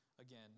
again